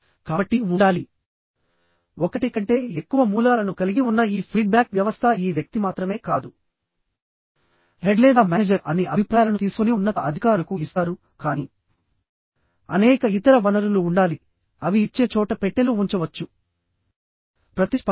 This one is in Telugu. కాబట్టి ఉండాలి ఒకటి కంటే ఎక్కువ మూలాలను కలిగి ఉన్న ఈ ఫీడ్బ్యాక్ వ్యవస్థ ఈ వ్యక్తి మాత్రమే కాదు హెడ్ లేదా మేనేజర్ అన్ని అభిప్రాయాలను తీసుకొని ఉన్నత అధికారులకు ఇస్తారు కానీ అనేక ఇతర వనరులు ఉండాలి అవి ఇచ్చే చోట పెట్టెలు ఉంచవచ్చు ప్రతిస్పందన